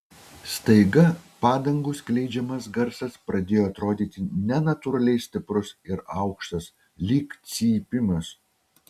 staiga padangų skleidžiamas garsas pradėjo atrodyti nenatūraliai stiprus ir aukštas lyg cypimas